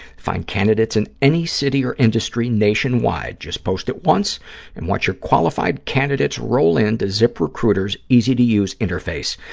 find candidates in any city or industry nationwide. just post it once and watch your qualified candidates roll in to ziprecruiter's easy-to-use interface.